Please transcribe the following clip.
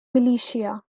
militia